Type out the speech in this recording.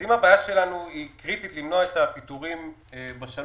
אם הבעיה שלנו היא למנוע את הפיטורים במשך